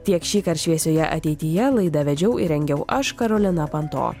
tiek šįkart šviesioje ateityje laidą vedžiau ir rengiau aš karolina panto